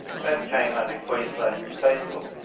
that came under queensland state law.